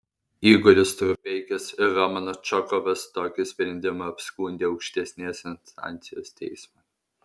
igoris strupeikis ir romanas čokovas tokį sprendimą apskundė aukštesnės instancijos teismui